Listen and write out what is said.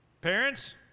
Parents